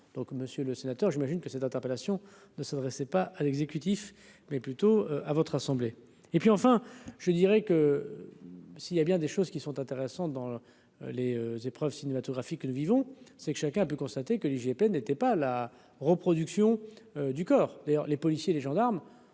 donc Monsieur le Sénateur, j'imagine que cette interpellation ne s'adressait pas à l'exécutif, mais plutôt à votre assemblée et puis enfin, je dirais que si il y a bien des choses qui sont intéressantes dans les épreuves cinématographique nous vivons, c'est que chacun a pu constater que l'IGPN n'était pas la reproduction du corps d'ailleurs les policiers et les gendarmes,